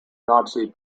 nazi